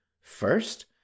first